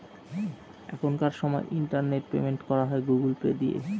এখনকার সময় internet payment করা হয় গুগুল পে দিয়ে